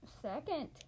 Second